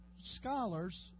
scholars